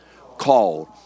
called